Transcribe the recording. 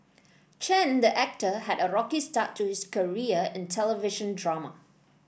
Chen the actor had a rocky start to his career in television drama